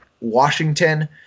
Washington